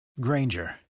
Granger